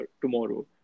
tomorrow